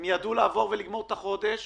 הם ידעו לגמור את החודש